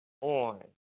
on